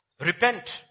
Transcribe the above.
repent